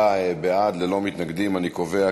הנושא לוועדת החינוך, התרבות והספורט נתקבלה.